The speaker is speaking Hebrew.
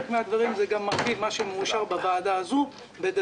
חלק מן הדברים זה גם מרכיב של מה שמאושר בוועדה הזו בדצמבר,